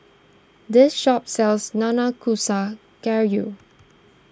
this shop sells Nanakusa Gayu